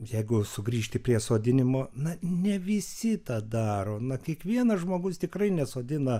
jeigu sugrįžti prie sodinimo na ne visi tą daro na kiekvienas žmogus tikrai nesodina